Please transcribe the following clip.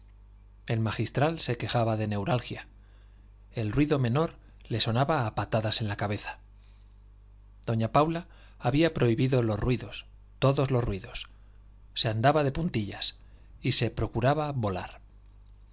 el magistral se quejaba de neuralgia el ruido menor le sonaba a patadas en la cabeza doña paula había prohibido los ruidos todos los ruidos se andaba de puntillas y se procuraba volar